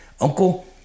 uncle